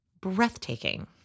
breathtaking